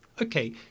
Okay